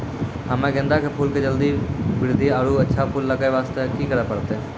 हम्मे गेंदा के फूल के जल्दी बृद्धि आरु अच्छा फूल लगय वास्ते की करे परतै?